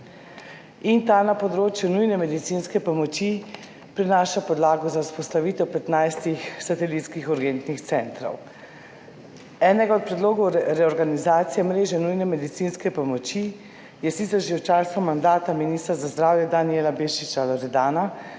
in ta na področju nujne medicinske pomoči prinaša podlago za vzpostavitev 15 satelitskih urgentnih centrov. Enega od predlogov reorganizacije mreže nujne medicinske pomoči je sicer že v času mandata ministra za zdravje Danijela Bešiča Loredana